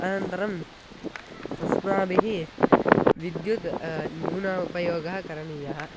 अनन्तरम् अस्माभिः विद्युत् न्यूना उपयोगः करणीयः